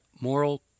moral